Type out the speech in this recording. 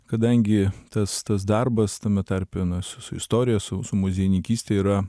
kadangi tas tas darbas tame tarpe na su su istorija su su muziejininkyste yra